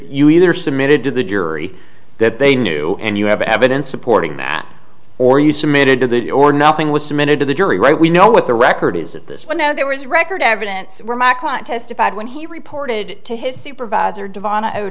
you either submitted to the jury that they knew and you have evidence supporting that or you submitted to the or nothing was submitted to the jury right we know what the record is at this point now there was record evidence for my client testified when he reported to his supervisor divina o